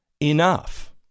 enough